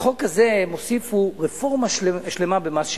לחוק הזה הם הוסיפו רפורמה שלמה במס שבח.